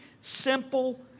simple